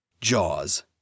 Jaws